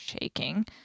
shaking